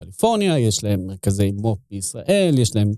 קליפורניה, יש להם מרכזי מו״פ בישראל, יש להם...